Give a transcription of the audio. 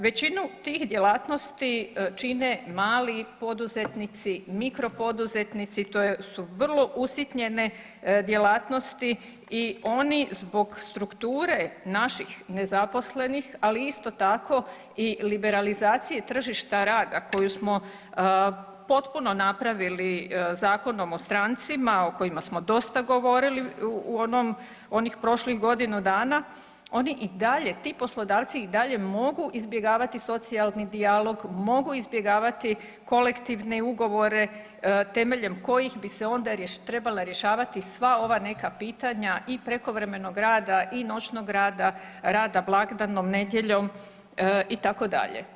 Većinu tih djelatnosti čine mali poduzetnici, mikro poduzetnici, to su vrlo usitnjene djelatnosti i oni zbog strukture naših nezaposlenih, ali isto tako i liberalizacije tržišta rada koju smo potpuno napravili Zakonom o strancima o kojima smo dosta govorili u onih prošlih godinu dana, oni i dalje, ti poslodavci i dalje mogu izbjegavati socijalni dijalog, mogu izbjegavati kolektivne ugovore temeljem kojih bi se trebala rješavati sva ova neka pitanja i prekovremenog rada i noćnog rada, rada blagdanom, nedjeljom itd.